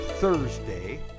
Thursday